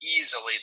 easily